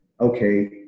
okay